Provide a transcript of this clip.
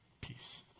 peace